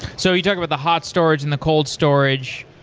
so you talk about the hot storage in the cold storage.